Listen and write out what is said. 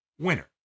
winner